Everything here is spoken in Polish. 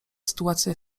sytuacja